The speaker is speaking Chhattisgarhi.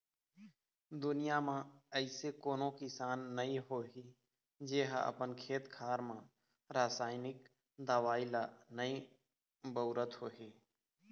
दुनिया म अइसे कोनो किसान नइ होही जेहा अपन खेत खार म रसाइनिक दवई ल नइ बउरत होही